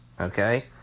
Okay